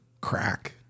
crack